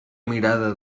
mirada